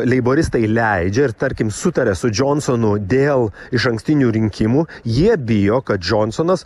leiboristai leidžia ir tarkim sutaria su džonsonu dėl išankstinių rinkimų jie bijo kad džonsonas